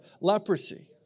leprosy